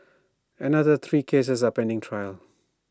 another three cases are pending trial